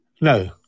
no